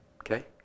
Okay